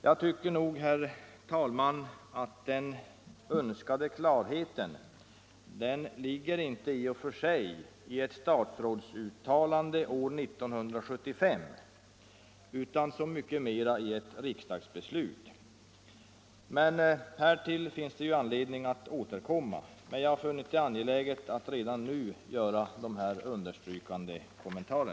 Jag tycker nog, herr talman, att den önskade klarheten inte uppnås genom ett statsrådsuttalande år 1975 utan snarare genom ett riksdagsbeslut. Härtill finns det emellertid anledning att återkomma. Jag har dock funnit det angeläget att redan nu göra dessa understrykande kommentarer.